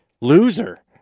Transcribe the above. loser